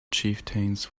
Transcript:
chieftains